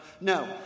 No